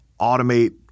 automate